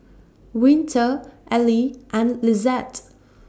Winter Ally and Lizette